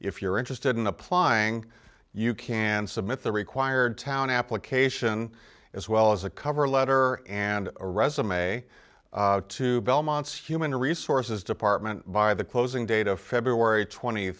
if you're interested in applying you can submit the required town application as well as a cover letter and a resume to belmont's human resources department by the closing date of february twenty